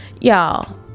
y'all